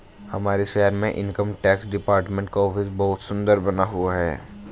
हमारे शहर में इनकम टैक्स डिपार्टमेंट का ऑफिस बहुत सुन्दर बना हुआ है